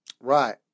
right